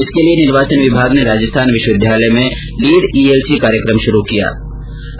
इसके लिये निर्वाचन विभाग ने राजस्थान विश्वविश्वविद्यालय में लीड ईएलसी कार्यक्रम शुरू किया है